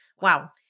Wow